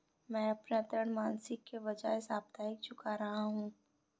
मैं अपना ऋण मासिक के बजाय साप्ताहिक चुका रहा हूँ